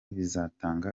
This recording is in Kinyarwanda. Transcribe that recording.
bizatanga